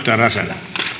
herra